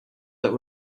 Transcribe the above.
that